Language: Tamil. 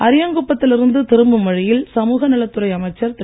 அரியாங்குப்பத்தில் இருந்து திரும்பும் வழியில் சமூக நலத் துறை அமைச்சர் திரு